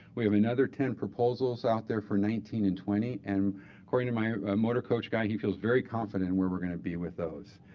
we have another ten proposals out there for nineteen and twenty. and according to my motor coach guy, he feels very confident in where we're going to be with those.